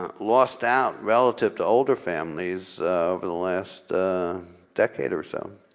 ah lost out relative to older families over the last decade or so.